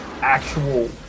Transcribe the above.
actual